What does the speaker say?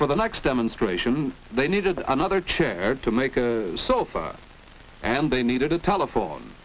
for the next demonstration they needed another chair to make a saw for and they needed a telephone